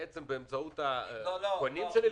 באמצעות הקונים שלי,